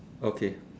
okay